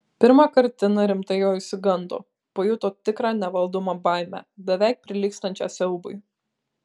pirmąkart tina rimtai jo išsigando pajuto tikrą nevaldomą baimę beveik prilygstančią siaubui